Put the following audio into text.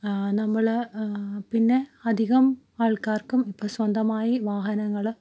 നമ്മൾ പിന്നെ അധികം ആൾക്കാർക്കും ഇപ്പോൾ സ്വന്തമായി വാഹനങ്ങൾ